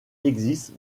existent